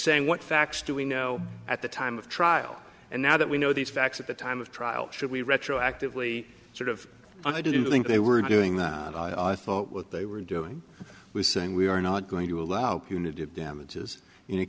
saying what facts do we know at the time of trial and now that we know these facts at the time of trial should we retroactively sort of i didn't think they were doing that i thought what they were doing was saying we are not going to allow punitive damages in a